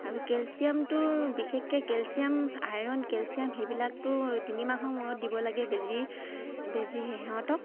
আৰু কেলছিয়ামটোৰ বিশেষকে কেলছিয়াম আইৰণ কেলছিয়াম সেইবিলাকতো তিনিমাহৰ মূৰত দিব লাগে বেজী বেজী সিহঁতক